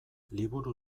liburu